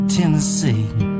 Tennessee